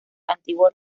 antiguo